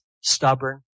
stubborn